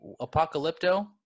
Apocalypto